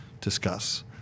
Discuss